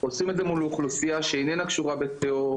עושים את זה מול אוכלוסייה שהיא איננה קשורה בטרור,